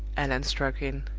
allan struck in,